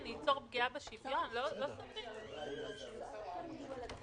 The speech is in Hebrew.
"(ב)לא תשולם בעד אותו אדם יותר